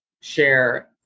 share